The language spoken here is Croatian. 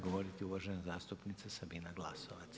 govoriti uvažena zastupnica Sabina Glasovac.